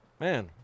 man